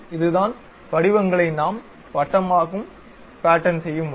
இதுதான் வடிவங்களை நாம் வட்டமாக பேட்டர்ன் செய்யும் முறை